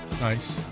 Nice